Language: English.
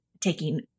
taking